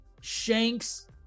Shanks